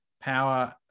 power